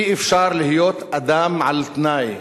אי-אפשר להיות אדם על-תנאי,